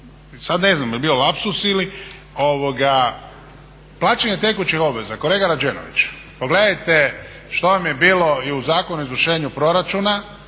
Sada na znam jel bio lapsus ili? Plaćanje tekućih obaveza, kolega Rađenović pogledajte što vam je bilo i u Zakonu o izvršenju proračuna